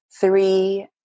three